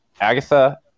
Agatha